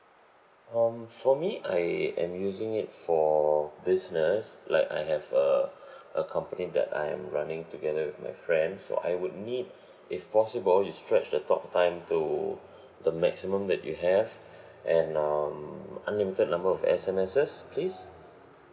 um for me I am using it for business like I have a a company that I am running together with my friends so I would need if possible you stretch the talk time to the maximum that you have and um unlimited number of S_M_Ses please